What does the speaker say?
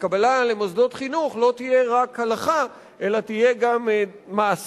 בקבלה למוסדות חינוך לא תהיה רק הלכה אלא תהיה גם מעשה.